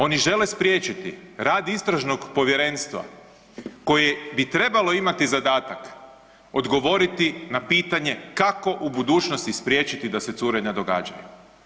Oni žele spriječiti rad Istražnog povjerenstva koje bi trebalo imati zadatak odgovoriti na pitanje kako u budućnosti spriječiti da se curenja događaju.